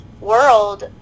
world